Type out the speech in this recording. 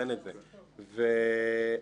--- אביבית,